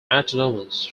autonomous